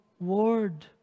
word